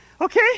okay